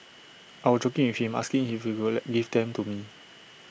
I was joking with him asking if he would give them to me